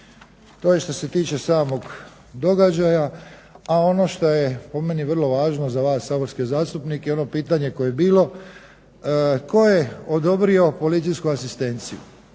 To je šta se tiče samog događaja, a ono što je po meni vrlo važno za vas saborske zastupnike ono šitanje koje je bilo tko je odobrio policijsku asistenciju.